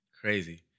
Crazy